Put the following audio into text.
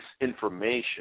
information